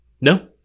No